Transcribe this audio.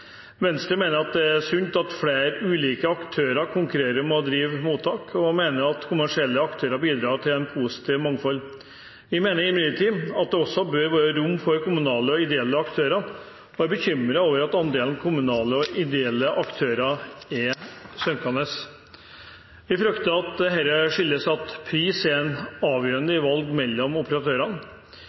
Venstre mener at det er sunt at flere ulike aktører konkurrerer om å drive mottak, og mener at kommersielle aktører bidrar til et positivt mangfold. Vi mener imidlertid at det også bør være rom for kommunale og ideelle aktører, og er bekymret over at andelen kommunale og ideelle aktører er synkende. Vi frykter at dette skyldes at pris er avgjørende i valg mellom operatørene.